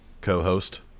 co-host